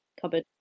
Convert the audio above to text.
cupboard